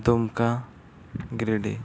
Dumka Giridih